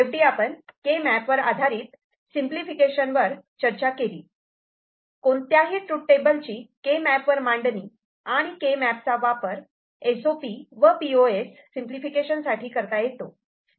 शेवटी आपण केमॅप वर आधारित आधारित सिंपलिफिकेशन वर चर्चा केली कोणत्याही ट्रूथ टेबल ची केमॅप वर मांडणी आणि केमॅप चा वापर एस ओ पी व पी ओ एस सिंपलिफिकेशन साठी करता येतो